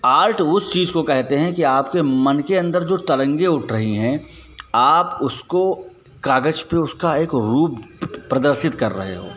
art उस चीज को कहते हैं कि आपके मन के अंदर जो तरंगे उठ रही है आप उसको कागज पे उसका एक रूप प्रदर्शित कर रहे हो